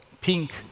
pink